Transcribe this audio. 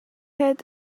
had